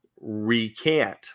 Recant